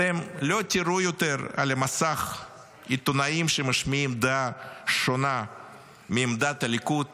אתם לא תראו יותר על המסך עיתונאים שמשמיעים דעה שונה מעמדת הליכוד